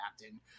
captain